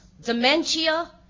dementia